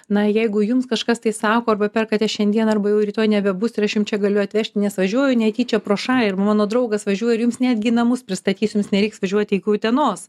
na jeigu jums kažkas tai sako arba perkate šiandien arba jau rytoj nebebus ir aš jum čia galiu atvežti nes važiuoju netyčia pro šalį ir mano draugas važiuoja ir jums netgi į namus pristatys jums nereiks važiuoti iki utenos